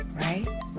right